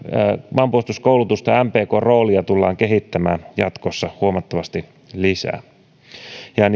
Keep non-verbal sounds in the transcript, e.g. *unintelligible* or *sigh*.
maanpuolustuskoulutusta ja mpkn roolia tullaan kehittämään jatkossa huomattavasti lisää ja *unintelligible*